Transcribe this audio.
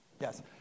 yes